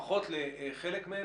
לפחות לחלק מהם,